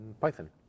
Python